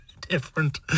different